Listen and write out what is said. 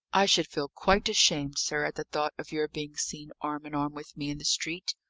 i should feel quite ashamed, sir, at the thought of your being seen arm-in-arm with me in the street.